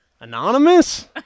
Anonymous